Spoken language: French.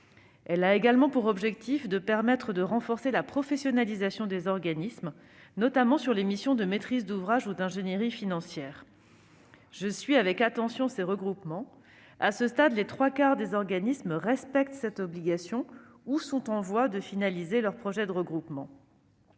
Elle a également pour objectif de renforcer la professionnalisation des organismes, notamment sur les missions de maîtrise d'ouvrage ou d'ingénierie financière. Je suis avec attention ces regroupements. À ce stade, les trois quarts des organismes respectent cette obligation ou sont en voie de finaliser leur projet de regroupement.